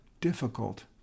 difficult